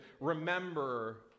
remember